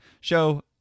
show